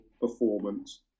performance